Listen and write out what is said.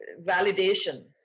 validation